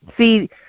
See